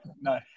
No